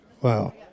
Wow